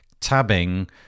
tabbing